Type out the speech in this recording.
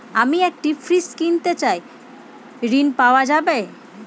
আমি একটি ফ্রিজ কিনতে চাই ঝণ পাওয়া যাবে?